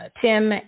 Tim